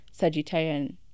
Sagittarian